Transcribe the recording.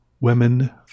women